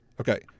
Okay